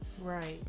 Right